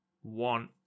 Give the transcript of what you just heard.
one